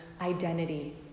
identity